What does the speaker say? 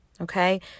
Okay